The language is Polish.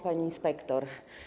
Pani Inspektor!